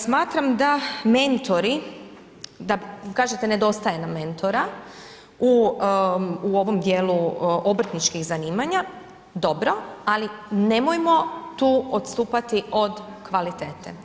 Smatram da mentori, da kažete nedostaje nam mentora u ovom dijelu obrtničkih zanimanja, dobro, ali nemojmo tu odstupati od kvalitete.